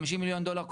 50 מיליון דולר,